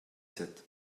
sept